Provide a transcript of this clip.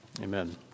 Amen